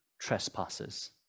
trespasses